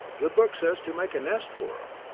the book says to make a nest for em,